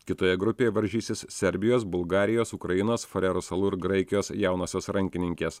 kitoje grupėje varžysis serbijos bulgarijos ukrainos farerų salų ir graikijos jaunosios rankininkės